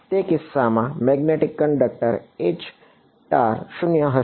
તે કિસ્સામાં magnetic conductor 0 હશે